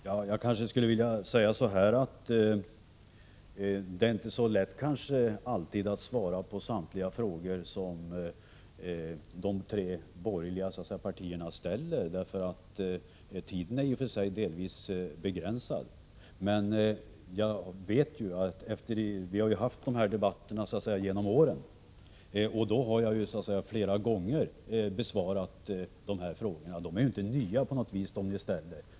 Herr talman! Jag skulle vilja säga att det inte alltid är så lätt att svara på samtliga frågor som de tre borgerliga partierna ställer, därför att tiden delvis är begränsad. Men vi har fört dessa debatter genom åren, och då har jag flera gånger besvarat de frågor som ni ställer. De är inte nya på något sätt.